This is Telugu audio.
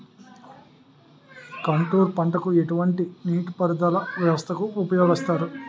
కాంటూరు పంటకు ఎటువంటి నీటిపారుదల వ్యవస్థను ఉపయోగిస్తారు?